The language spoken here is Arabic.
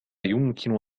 يمكن